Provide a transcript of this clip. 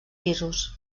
pisos